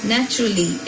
Naturally